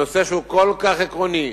נושא שהוא כל כך עקרוני,